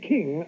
King